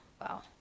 Wow